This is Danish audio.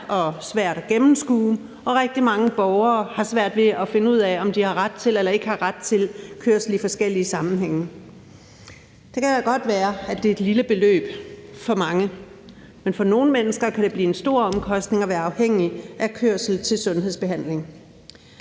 og svært at gennemskue, og rigtig mange borgere har svært ved at finde ud af, om de har ret til eller ikke har ret til kørsel i forskellige sammenhænge. Det kan da godt være, at det er et lille beløb for mange. Men for nogle mennesker kan det blive en stor omkostning at være afhængig af kørsel til sundhedsbehandling.